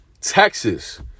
Texas